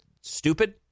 stupid